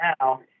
now